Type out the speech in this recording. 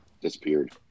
disappeared